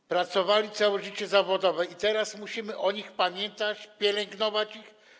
Oni pracowali całe życie zawodowo i teraz musimy o nich pamiętać, pielęgnować ich.